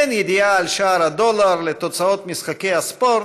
בין ידיעה על שער הדולר לתוצאות משחקי הספורט,